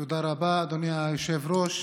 תודה רבה, אדוני היושב-ראש.